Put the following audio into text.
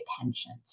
pensions